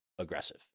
aggressive